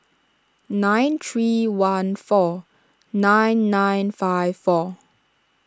nine three one four nine nine five four